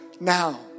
now